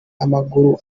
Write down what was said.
amaguru